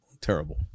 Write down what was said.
terrible